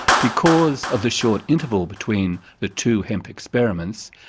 because of the short interval between the two hemp experiments,